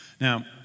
Now